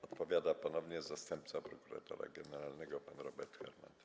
Odpowiada ponownie zastępca prokuratora generalnego pan Robert Hernand.